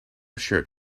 shirt